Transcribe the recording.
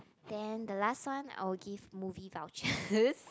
then the last one I will give movie vouchers